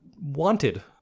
wanted